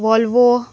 Volvo